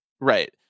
Right